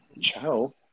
Ciao